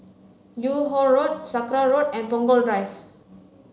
Yung Ho Road Sakra Road and Punggol Drive